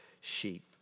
sheep